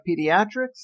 Pediatrics